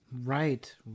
Right